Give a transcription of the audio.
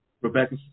Rebecca